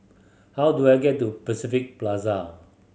how do I get to Pacific Plaza